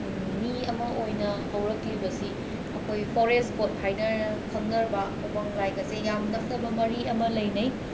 ꯃꯤ ꯑꯃ ꯑꯣꯏꯅ ꯍꯧꯔꯛꯂꯤꯕꯁꯤ ꯑꯩꯈꯣꯏ ꯐꯣꯔꯦꯁ ꯒꯣꯠ ꯍꯥꯏꯅ ꯈꯪꯅꯕ ꯎꯃꯪ ꯂꯥꯏꯒꯁꯦ ꯌꯥꯝꯅ ꯅꯛꯅꯕ ꯃꯔꯤ ꯑꯃ ꯂꯩꯅꯩ